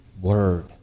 word